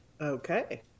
Okay